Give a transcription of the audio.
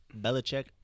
Belichick